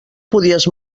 podies